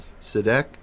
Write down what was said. Sadek